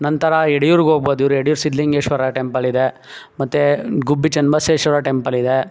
ನಂತರ ಯಡಿಯೂರ್ಗೆ ಹೋಗ್ಬೋದ್ ಇವ್ರು ಯಡಿಯೂರು ಸಿದ್ಧಲಿಂಗೇಶ್ವರ ಟೆಂಪಲ್ಲಿದೆ ಮತ್ತು ಗುಬ್ಬಿ ಚನ್ನಬಸ್ವೇಶ್ವರ ಟೆಂಪಲ್ ಇದೆ